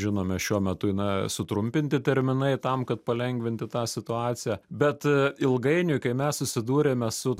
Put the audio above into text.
žinome šiuo metu na sutrumpinti terminai tam kad palengvinti tą situaciją bet ilgainiui kai mes susidūrėme su